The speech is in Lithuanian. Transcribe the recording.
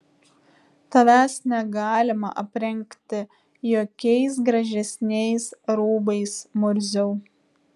tavęs negalima aprengti jokiais gražesniais rūbais murziau